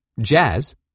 Jazz